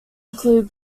include